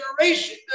generation